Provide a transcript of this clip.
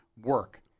work